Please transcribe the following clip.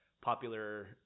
popular